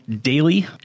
daily